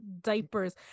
diapers